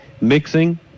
mixing